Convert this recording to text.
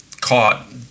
caught